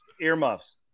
Earmuffs